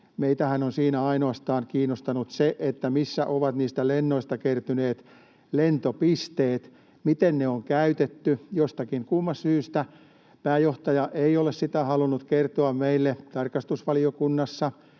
Meitähän on niissä kiinnostanut ainoastaan se, missä ovat niistä lennoista kertyneet lentopisteet, miten ne on käytetty. Jostakin kumman syystä pääjohtaja ei ole sitä halunnut kertoa meille tarkastusvaliokunnassa,